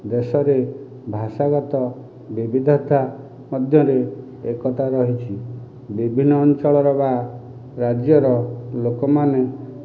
ଦେଶରେ ଭାଷାଗତ ବିବିଧତା ମଧ୍ୟରୁ ଏକତା ରହିଛି ବିଭିନ୍ନ ଅଞ୍ଚଳର ବା ରାଜ୍ୟର ଲୋକମାନେ